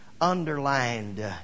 underlined